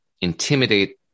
intimidate